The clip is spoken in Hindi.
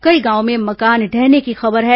कई गांवों में मकान ढहने की खबर है